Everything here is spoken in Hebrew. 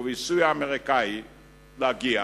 ובסיוע אמריקני להגיע